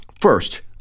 first